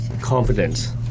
confident